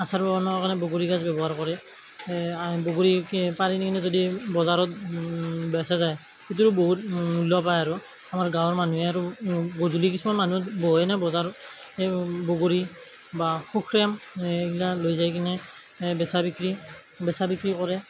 আচাৰ বনোৱাৰ কাৰণে বগৰী গাছ ব্যৱহাৰ কৰে বগৰী কি পাৰি নি কিনে যদি বজাৰত বেচা যায় তেতিয়াও বহুত মূল্য পায় আৰু আমাৰ গাঁৱৰ মানুহে আৰু গধূলি কিছুমান মানুহ বহে ন বজাৰত সেই বগৰী বা শুকান এইগিলা লৈ যায় কিনে বেচা বিক্ৰী বেচা বিক্ৰী কৰে